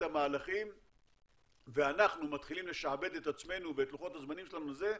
המהלכים ואנחנו מתחילים לשעבד את עצמנו ואת לוחות הזמנים שלנו לזה,